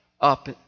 up